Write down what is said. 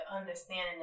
understanding